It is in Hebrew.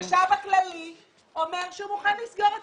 החשב הכללי אומר שהוא מוכן לסגור את